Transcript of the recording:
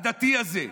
הדתי הזה,